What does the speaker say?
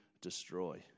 destroy